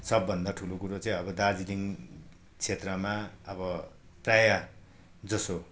सबभन्दा ठुलो कुरो चाहिँ अब दार्जिलिङ क्षेत्रमा अब प्राय जसो